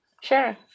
Sure